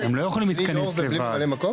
בלי יו"ר ובלי ממלא מקום?